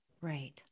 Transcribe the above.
Right